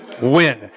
Win